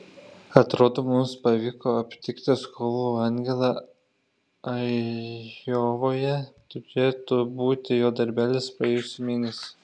atrodo mums pavyko aptikti skolų angelą ajovoje turėtų būti jo darbelis praėjusį mėnesį